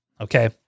Okay